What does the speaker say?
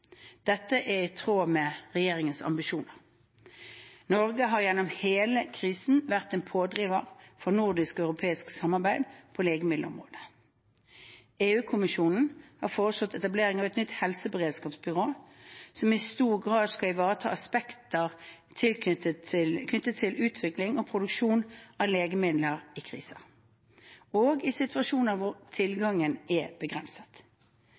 Dette er i tråd med regjeringens ambisjoner. Norge har gjennom hele krisen vært en pådriver for nordisk og europeisk samarbeid på legemiddelområdet. EU-kommisjonen har foreslått etablering av et nytt helseberedskapsbyrå, som i stor grad skal ivareta aspekter knyttet til utvikling og produksjon av legemidler i kriser og i situasjoner hvor tilgang er begrenset.